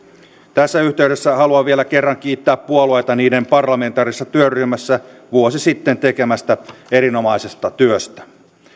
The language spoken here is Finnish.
tässä yhteydessä haluan vielä kerran kiittää puolueita niiden parlamentaarisessa työryhmässä vuosi sitten tekemästä erinomaisesta työstä